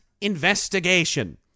investigation